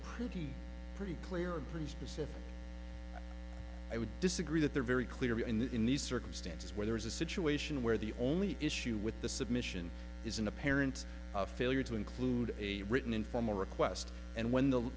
pretty pretty clear and pretty specific i would disagree that they're very clear in these circumstances where there is a situation where the only issue with the submission is an apparent failure to include a written in formal request and when the